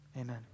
amen